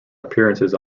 appearances